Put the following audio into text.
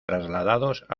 trasladados